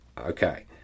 Okay